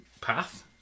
Path